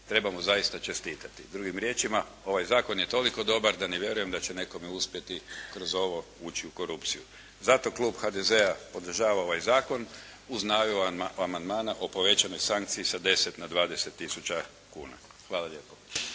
treba mu zaista čestitati. Drugim riječima, ovaj zakon je toliko dobar, da ne vjerujem da će nekome uspjeti kroz ovo ući u korupciju. Zato klub HDZ-a podržava ovaj zakon uz najavu amandmana o povećanoj sankciji sa 10 na 20000 kuna. Hvala lijepo.